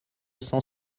cent